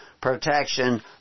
protection